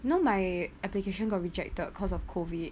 know my application got rejected cause of COVID